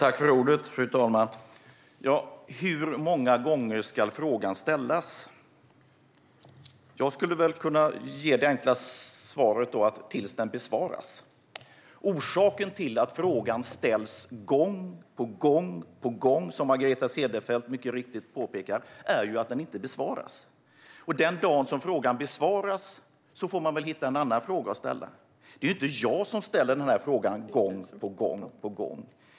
Fru talman! Hur många gånger ska frågan ställas? Jag skulle väl kunna ge ett enkelt svar: Tills den besvaras. Orsaken till att frågan ställs gång på gång på gång, som Margareta Cederfelt mycket riktigt påpekar, är att den inte besvaras. Den dag som frågan besvaras får man väl hitta en annan fråga att ställa. Det är inte jag som ställer frågan gång på gång på gång.